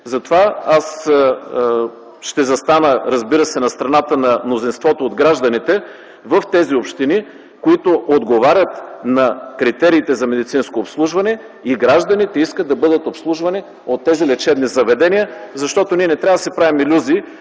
Затова ще застана, разбира се, на страната на мнозинството от гражданите в общините, които отговарят на критериите за медицинско обслужване, където искат да бъдат обслужвани от тези лечебни заведения. Не трябва да си правим илюзии,